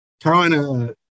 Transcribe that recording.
Carolina